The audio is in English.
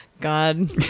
God